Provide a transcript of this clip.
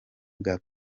bwa